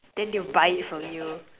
then they will buy it from you